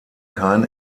kein